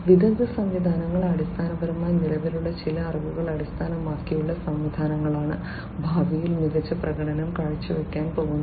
വിദഗ്ധ സംവിധാനങ്ങൾ അടിസ്ഥാനപരമായി നിലവിലുള്ള ചില അറിവുകളെ അടിസ്ഥാനമാക്കിയുള്ള സംവിധാനങ്ങളാണ് ഭാവിയിൽ മികച്ച പ്രകടനം കാഴ്ചവയ്ക്കാൻ പോകുന്നത്